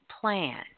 plan